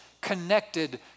connected